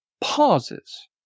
pauses